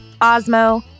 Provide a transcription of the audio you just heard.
Osmo